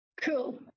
Cool